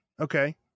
Okay